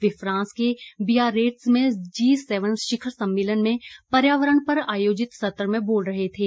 वे France के Biarritz में G seven शिखर सम्मेलन में पर्यावरण पर आयोजित सत्र में बोल रहे थे